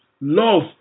Love